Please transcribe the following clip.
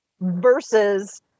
versus